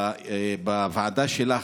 בוועדה שלך,